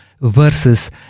versus